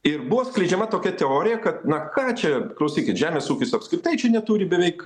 ir buvo skleidžiama tokia teorija kad na ką čia klausykit žemės ūkis apskritai čia neturi beveik